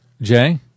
Jay